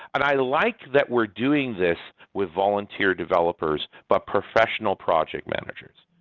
and i like that we're doing this with volunteer developers but professional project managers.